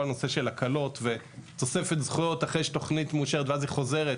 כל הנושא של הקלות ותוספת זכויות אחרי שתוכנית מאושרת ואז היא חוזרת,